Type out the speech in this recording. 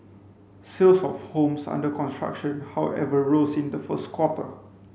sales of homes under construction however rose in the first quarter